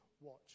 watch